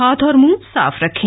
हाथ और मुंह साफ रखें